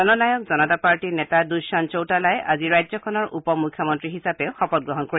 জন নায়ক জনতা পাৰ্টীৰ নেতা দুয়্যন্ত চৌতালাই আজি ৰাজ্যখনৰ উপ মুখ্যমন্ত্ৰী হিচাপে শপতগ্ৰহণ কৰিব